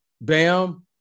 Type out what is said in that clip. BAM